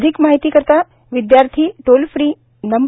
अधिक माहिती करिता विद्यार्थी टोल फ्री नं